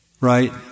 right